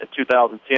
2010